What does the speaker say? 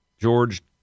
George